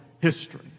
history